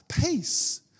Peace